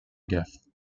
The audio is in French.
gaffes